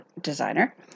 designer